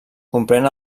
comprèn